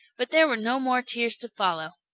but there were no more tears to follow.